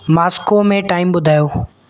Moscow में time ॿुधायो